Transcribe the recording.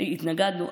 בדיוק, אז התנגדנו.